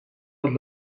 het